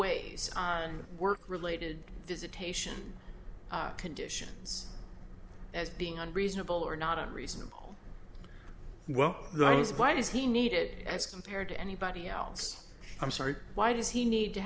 ways on work related visitation conditions as being unreasonable or not unreasonable well that is why does he need it as compared to anybody else i'm sorry why does he need to